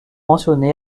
mentionné